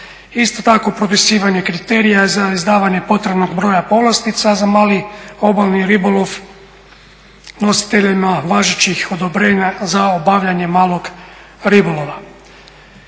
Isto tako propisivanje kriterija za izdavanje potrebnog broja povlastica za mali obalni ribolov, nositeljima važećih odobrenja za obavljanje malog ribolova.